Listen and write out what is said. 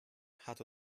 hat